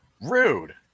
rude